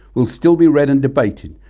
will still be read and debated,